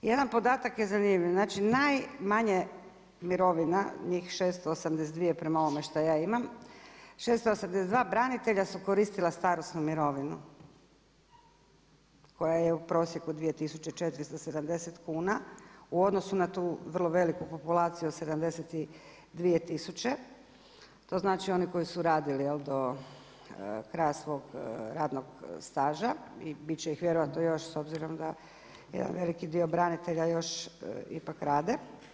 Jedan podatak je zanimljiv, znači najmanje mirovina njih 682 prema ovome šta ja imam 682 branitelja su koristila starosnu mirovinu koja je u prosjeku 2.470 kuna u odnosu na tu vrlo veliku populaciju od 72 tisuće, to znači oni koji su radili do kraja svog radnog staža i bit će ih vjerojatno još s obzirom da jedan veliki dio branitelja još ipak rade.